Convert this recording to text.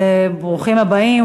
ברוכים הבאים.